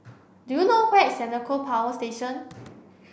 do you know where is Senoko Power Station